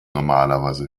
normalerweise